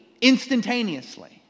instantaneously